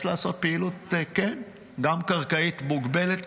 יש לעשות גם פעילות קרקעית מוגבלת,